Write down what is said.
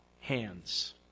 hands